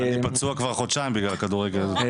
אני פצוע כבר חודשיים בגלל הכדורגל.